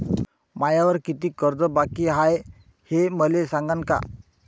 मायावर कितीक कर्ज बाकी हाय, हे मले सांगान का?